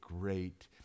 great